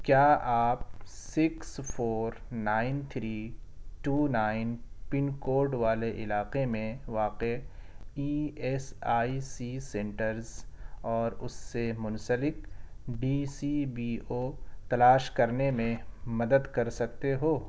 کیا آپ six four nine three two nine pin code والے علاقے میں واقع E S I C centres اور اس سے منسلک ڈی سی بی او تلاش کرنے میں مدد کر سکتے ہو